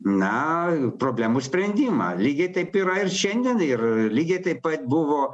na problemų sprendimą lygiai taip yra ir šiandien ir lygiai taip pat buvo